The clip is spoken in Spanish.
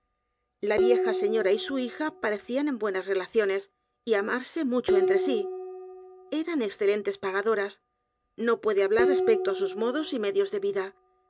la vieja señora y su hija parecían en buenas relaciones y amarse mucho entre sí e r a n excelentes pagadoras no puede hablar respecto á sus modos y medios de vida